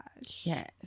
Yes